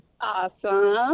Awesome